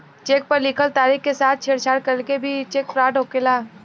check पर लिखल तारीख के साथ छेड़छाड़ करके भी चेक फ्रॉड होखेला